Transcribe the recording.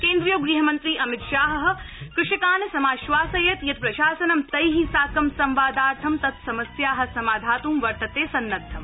केन्द्रीयो गृहमन्त्री अमितशाह कृषकान् समाश्वासयत् यत् प्रशासनं तै साक संवादार्थं तत्समस्या सामाधात् वर्तत सन्नद्वम्